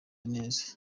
neza